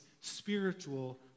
spiritual